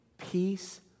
peace